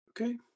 okay